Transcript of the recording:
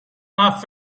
off